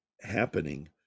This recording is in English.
happening